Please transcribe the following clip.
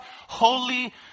Holy